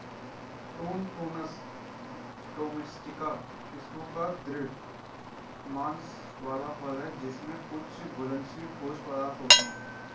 prune, Prunus domestica किस्मों का दृढ़ मांस वाला फल है जिसमें उच्च घुलनशील ठोस पदार्थ होते हैं